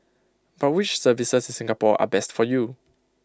but which services in Singapore are best for you